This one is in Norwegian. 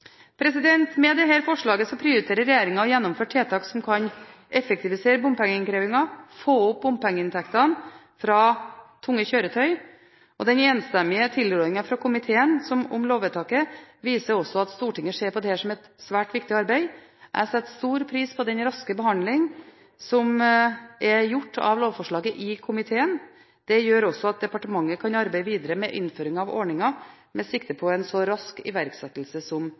Med dette forslaget prioriterer regjeringen å gjennomføre tiltak som kan effektivisere bompengeinnkrevingen og få opp bompengeinntektene fra tunge kjøretøy. Den enstemmige tilrådingen fra komiteen om lovvedtaket viser også at Stortinget ser på dette som et svært viktig arbeid. Jeg setter stor pris på den raske behandling som er gjort av lovforslaget i komiteen. Det gjør også at departementet kan arbeide videre med innføringen av ordningen med sikte på en så rask iverksettelse som